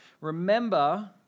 Remember